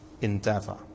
endeavour